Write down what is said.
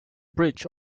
bridge